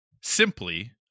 simply